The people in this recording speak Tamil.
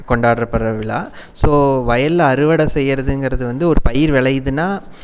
கொண்டாட்றப்படுற விழா ஸோ வயலில் அறுவடை செய்யறதுங்குறது வந்து ஒரு பயிர் விளையுதுன்னா